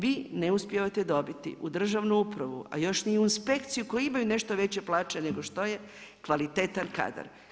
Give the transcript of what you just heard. Vi ne uspijevate dobiti u državnu upravu, a još ni u inspekciju koji imaju nešto veće plaće nego što je kvalitetan kadar.